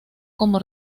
como